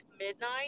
midnight